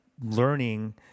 learning